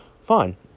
Fine